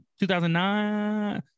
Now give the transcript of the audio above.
2009